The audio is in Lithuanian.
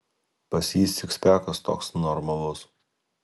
pas jį sikspekas toks normalus